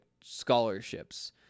scholarships